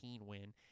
win